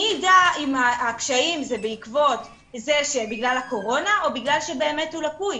מי ידע אם הקשיים הם בעקבות הקורונה או בגלל שבאמת הוא לקוי?